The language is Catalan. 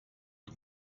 que